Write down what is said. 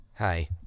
Hi